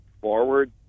forward